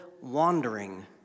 wandering